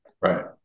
Right